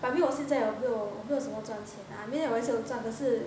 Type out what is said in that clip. but 没有现在我没有我没有什么赚钱 ah I mean 我也是有赚可是